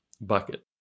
bucket